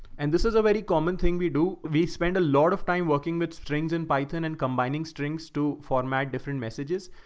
and this is a very common thing we do. we spend a lot of time working with but strings and biotin and combining strings to format different messages.